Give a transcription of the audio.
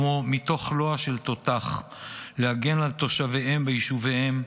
כמו מתוך לוע של תותח להגן על תושביהם ויישוביהם,